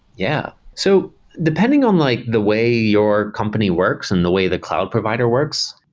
yeah. so depending on like the way your company works and the way the cloud provider works,